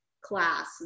class